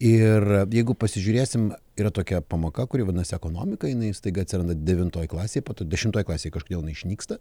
ir jeigu pasižiūrėsim yra tokia pamoka kuri vadinasi ekonomika jinai staiga atsiranda devintoj klasėj po to dešimtoj klasėj kažkodėl išnyksta